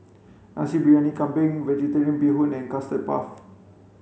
Nasi Briyani Kambing Vegetarian Bee Hoon and custard puff